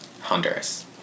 Honduras